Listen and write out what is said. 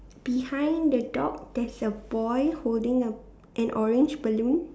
behind the dog there's a boy holding an orange balloon